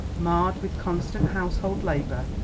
marred with constant household labour,